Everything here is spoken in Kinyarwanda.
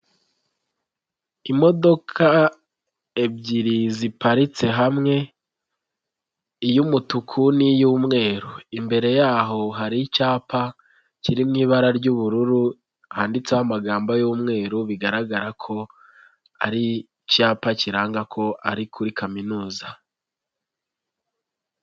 Imodoka ebyiri ziparitse hamwe, iy'umutuku n'iy'umweru, imbere yaho hari icyapa kiri mu ibara ry'ubururu handitseho amagambo y'umweru, bigaragara ko ari icyapa kiranga ko ari kuri kaminuza.